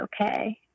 okay